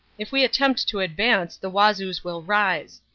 if we attempt to advance the wazoos will rise.